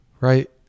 right